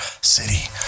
city